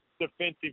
defensive